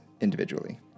individually